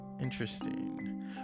Interesting